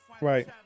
Right